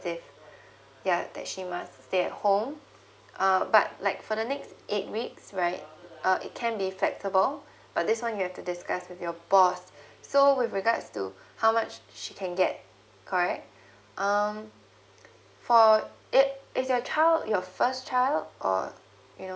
ya that she must stay at home uh but like for the next eight weeks right uh it can be flexible but this one you have to discuss with your boss so with regards to how much she can get correct um for it is your child your first child or you know